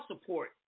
support